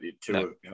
two